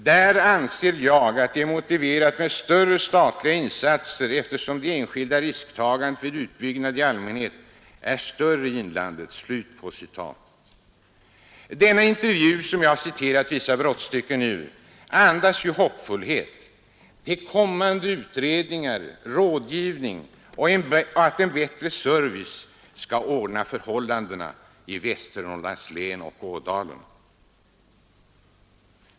Där anser jag att det är motiverat med större statliga insatser eftersom det enskilda risktagandet vid utbyggnad i allmänhet är större i inlandet.” Denna intervju, som jag alltså citerat vissa brottstycken ur, andas hoppfullhet till kommande utredningar och rådgivning och till att en bättre service skall ordna förhållandena i Västernorrlands län och Ådalen.